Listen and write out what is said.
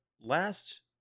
last